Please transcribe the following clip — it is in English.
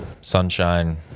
Sunshine